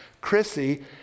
Chrissy